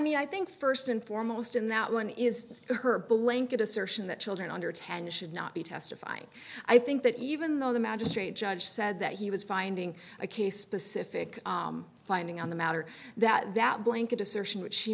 mean i think first and foremost in that one is her blanket assertion that children under ten should not be testifying i think that even though the magistrate judge said that he was finding a case specific finding on the matter that that blanket assertion which she